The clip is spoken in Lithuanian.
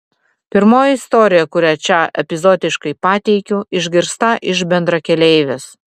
pirmoji istorija kurią čia epizodiškai pateikiu išgirsta iš bendrakeleivės